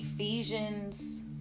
Ephesians